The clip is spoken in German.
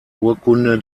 urkunde